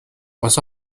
واسه